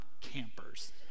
campers